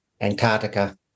Antarctica